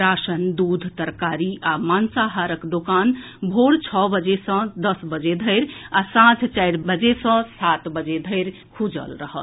ration दूध तरकारी आ मांसाहारक दोकान भोर छओ सँ दस बजे धरि आ सांझ चारि बजे सँ सात बजे धरि खुजल रहत